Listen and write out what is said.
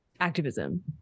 activism